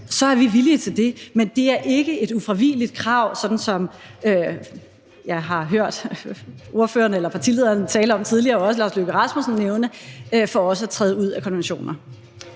er vi villige til det. Men det er ikke et ufravigeligt krav, sådan som jeg har hørt partilederen tale om tidligere og også Lars Løkke Rasmussen nævne, fra os at træde ud af konventioner.